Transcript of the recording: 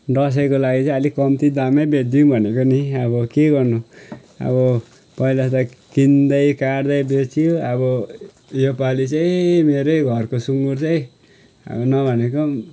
दसैँको लागि चाहिँ आलिक कम्ती दामै बेचिदिउँ भनेको नि अब के गर्नु अब पहिला त किन्दै काट्दै बेचियो अब यो पाली चाहिँ मेरै घरको सुँगुर चाहिँ अब नभनेको पनि